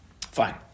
Fine